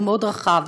הוא מאוד רחב.